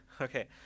Okay